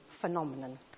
phenomenon